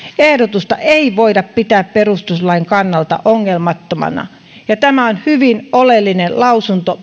ehdotusta ei voida pitää perustuslain kannalta ongelmattomana tämä on perustuslakivaliokunnalta hyvin oleellinen lausunto